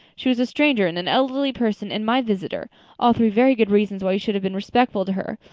she was a stranger and an elderly person and my visitor all three very good reasons why you should have been respectful to her.